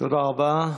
תודה רבה.